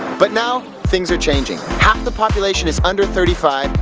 but now, things are changing. half the population is under thirty five,